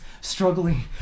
struggling